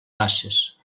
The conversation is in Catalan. basses